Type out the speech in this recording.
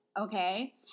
okay